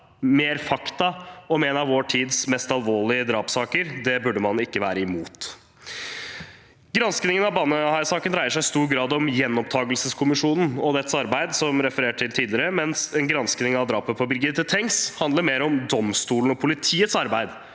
mer fakta om en av vår tids mest alvorlige drapssaker burde man ikke være imot. Granskingen av Baneheia-saken dreier seg i stor grad om Gjenopptakelseskommisjonen og dens arbeid, som referert til tidligere, mens en gransking av drapet på Birgitte Tengs handler mer om domstolen og politiets arbeid,